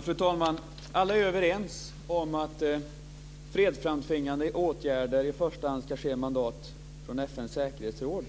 Fru talman! Alla är överens om att fredsframtvingande åtgärder i första hand ska ske genom mandat från FN:s säkerhetsråd.